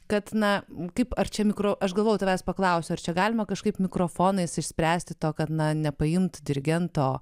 kad na kaip ar čia mikro aš gavau tavęs paklausiu ar čia galima kažkaip mikrofonais išspręsti to kad na nepaimt dirigento